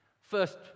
First